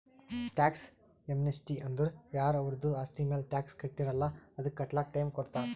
tax amnesty ಅಂದುರ್ ಯಾರ ಅವರ್ದು ಆಸ್ತಿ ಮ್ಯಾಲ ಟ್ಯಾಕ್ಸ್ ಕಟ್ಟಿರಲ್ಲ್ ಅದು ಕಟ್ಲಕ್ ಟೈಮ್ ಕೊಡ್ತಾರ್